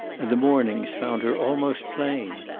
and the mornings found her almost plain.